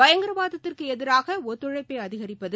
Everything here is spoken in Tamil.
பயங்கரவாதத்திற்கு எதிராக ஒத்துழைப்பை அதிகரிப்பது